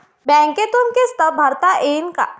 बँकेतून किस्त भरता येईन का?